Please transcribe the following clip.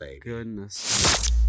goodness